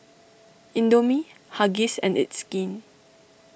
Indomie Huggies and It's Skin